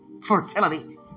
Fertility